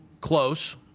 close